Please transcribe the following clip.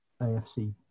AFC